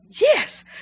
yes